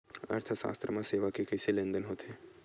अर्थशास्त्र मा सेवा के कइसे लेनदेन होथे?